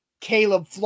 Caleb